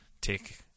take